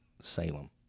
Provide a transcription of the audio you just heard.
Salem